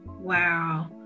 wow